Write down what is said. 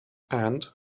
and